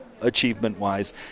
achievement-wise